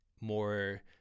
more